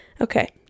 Okay